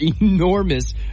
enormous